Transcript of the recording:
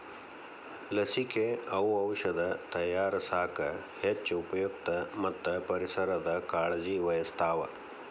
ಲಸಿಕೆ, ಔಔಷದ ತಯಾರಸಾಕ ಹೆಚ್ಚ ಉಪಯುಕ್ತ ಮತ್ತ ಪರಿಸರದ ಕಾಳಜಿ ವಹಿಸ್ತಾವ